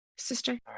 Sister